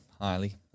highly